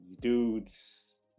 Dudes